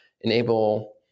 enable